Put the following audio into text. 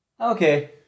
okay